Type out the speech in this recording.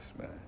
man